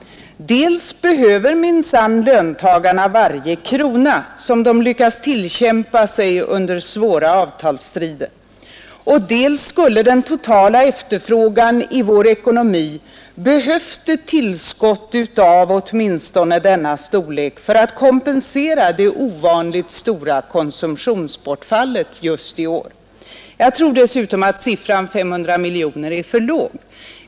Dels behöver minsann löntagarna varje krona som de lyckas tillkämpa sig under svåra avtalsstrider, dels skulle den totala efterfrågan i vår ekonomi behövt ett tillskott av denna storleksordning för att kompensera det ovanligt stora konsumtionsbortfallet just i år. Jag tror dessutom att siffran 500 miljoner är för låg.